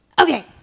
Okay